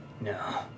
No